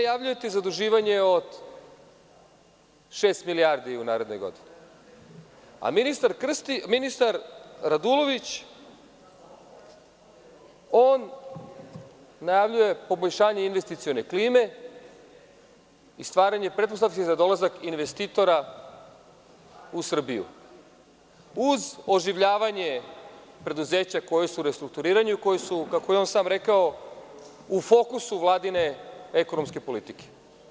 Vi najavljujete zaduživanje od šest milijardi u narednoj godini, a ministar Radulović, on najavljuje poboljšanje investicione klime i stvaranje pretpostavki za dolazak investitora u Srbiju, uz oživljavanje preduzeća koja su u restrukturiranju i koja su, kako je on sam rekao, u fokusu Vladine ekonomske politike.